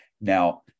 Now